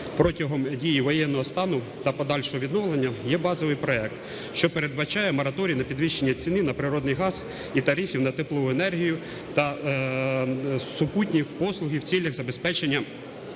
протягом дії воєнного стану та подальшого відновлення є базовий проект, що передбачає мораторій на підвищення ціни на природний газ і тарифів на теплову енергію та супутні послуги в цілях забезпечення